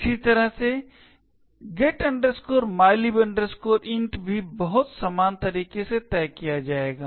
इसी तरह get mylib int भी बहुत समान तरीके से तय किया जाएगा